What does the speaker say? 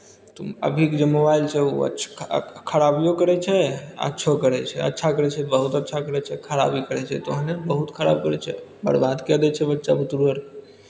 तऽ अभीके जे मोबाइल छै ओ अछ् खराबिओ करै छै अच्छो करै छै अच्छा करै छै बहुत अच्छा करै छै खराबी करै छै तऽ ओहने बहुत खराब करै छै बरबाद कए दै छै बच्चा बुतरू अर